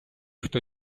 хто